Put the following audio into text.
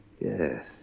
Yes